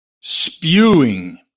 spewing